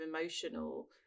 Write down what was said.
emotional